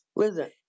Listen